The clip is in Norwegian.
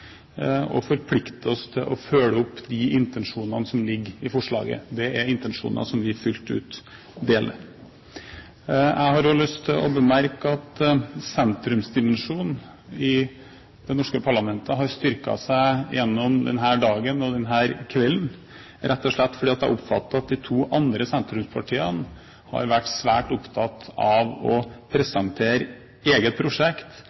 og forplikte oss til å følge opp de intensjonene som ligger i forslaget. Det er intensjoner som vi fullt ut deler. Jeg har også lyst til å bemerke at sentrumsdimensjonen i det norske parlamentet har styrket seg gjennom denne dagen og denne kvelden, rett og slett fordi jeg oppfatter at de to andre sentrumspartiene har vært svært opptatt av å presentere egne prosjekt